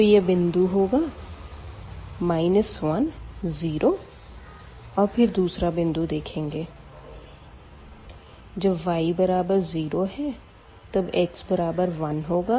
तो यह बिंदु होगा 10 और फिर दूसरा बिंदु देखेंगे जब y बराबर 0 है तब x बराबर 1 होगा